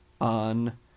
on –